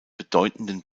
bedeutenden